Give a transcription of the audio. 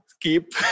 keep